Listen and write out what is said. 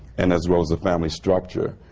and as well as the family structure,